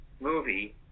movie